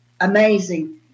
amazing